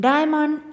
Diamond